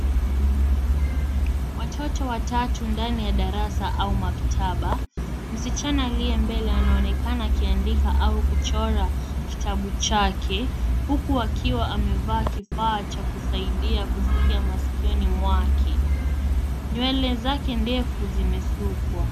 Watoto watatu ndani ya darasa au maktaba. Msichana aliyembele anaonekana akiandika au kuchora kitabu chake huku akiwa amevaa kifaa cha kusaidia kuskia masikioni mwake .Nywele zake ndefu zimesukwa.